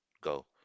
Go